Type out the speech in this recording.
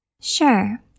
Sure